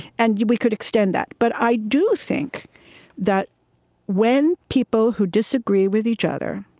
and we could extend that but i do think that when people who disagree with each other